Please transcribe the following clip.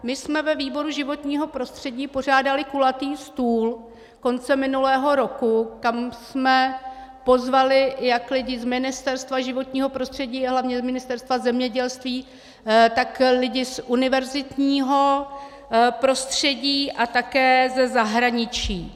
My jsme ve výboru životního prostředí pořádali kulatý stůl koncem minulého roku, kam jsme pozvali jak lidi z Ministerstva životního prostředí a hlavně z Ministerstva zemědělství, tak lidi z univerzitního prostředí a také ze zahraničí.